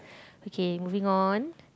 okay moving on